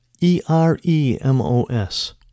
E-R-E-M-O-S